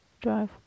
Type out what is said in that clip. Drive